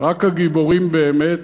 רק הגיבורים באמת,